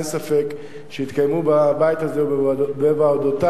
אין ספק שיתקיימו בבית הזה ובוועדותיו